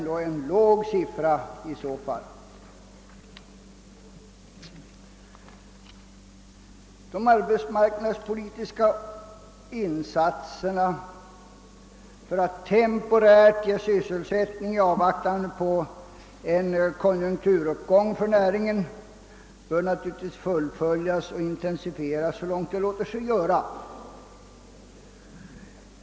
De arbetsmarknadspolitiska insatserna för att temporärt skapa sysselsättningstillfällen i avvaktan på en konjunkturuppgång för näringen bör natur ligtvis fullföljas och intensifieras så långt sig göra låter.